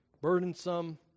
burdensome